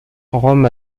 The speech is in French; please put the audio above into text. rome